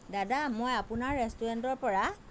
দাদা মই আপোনাৰ ৰেষ্টুৰেণ্টৰ পৰা